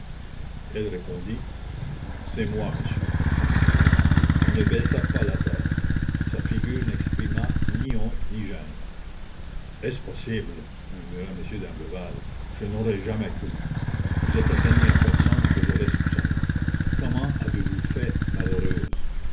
elle répondit c'est moi monsieur elle ne baissa pas la tête sa figure n'exprima ni honte ni gêne est-ce possible t balbutia m d'imblevalle je n'aurais jamais cru vous êtes la dernière personne que j'aurais soupçonnée comment avez-vous fait malheureuse